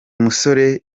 musore